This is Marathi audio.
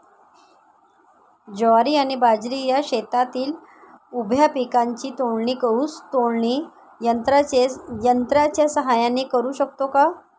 ज्वारी आणि बाजरी या शेतातील उभ्या पिकांची तोडणी ऊस तोडणी यंत्राच्या सहाय्याने करु शकतो का?